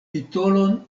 titolon